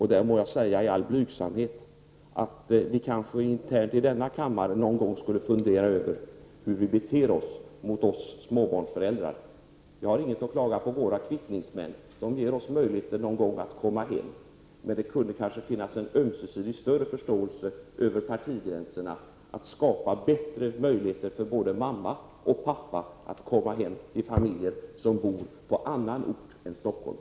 I all blygsamhet må jag säga att vi kanske internt i denna kammare borde fundera över hur vi beter oss mot oss småbarnsföräldrar. Jag har ingenting att klaga på när det gäller våra kvittningsmän. De ger oss möjlighet att någon gång komma hem. Men det kanske borde finnas en större ömsesidig förståelse över partigränserna för att skapa bättre möjligheter för både mamma och pappa att komma hem till familjen som bor på annan ort än Stockholm.